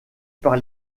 par